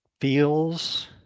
feels